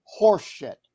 horseshit